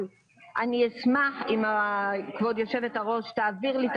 אבל אני אשמח אם כבוד היושבת-ראש תעביר לי את